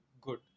good